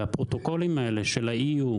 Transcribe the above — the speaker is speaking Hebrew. הפרוטוקולים של ה-EU,